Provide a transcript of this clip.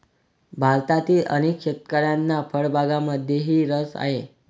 भारतातील अनेक शेतकऱ्यांना फळबागांमध्येही रस आहे